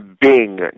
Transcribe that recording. Bing